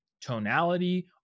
tonality